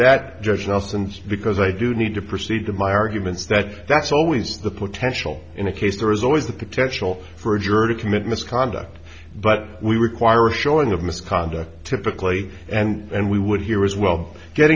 nelson because i do need to proceed to my arguments that that's always the potential in a case there is always the potential for a juror to commit misconduct but we require a showing of misconduct typically and we would here as well get